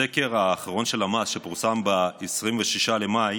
מהסקר האחרון של הלמ"ס שפורסם ב-26 במאי